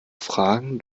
fragen